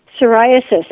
psoriasis